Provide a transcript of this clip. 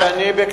אדוני, בבקשה.